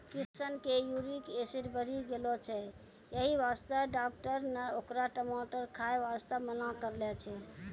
किशन के uric acid बढ़ी गेलो छै यही वास्तॅ डाक्टर नॅ होकरा टमाटर खाय वास्तॅ मना करनॅ छै